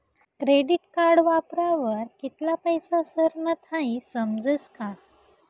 credit card वापरावर कित्ला पैसा सरनात हाई समजस का